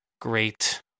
great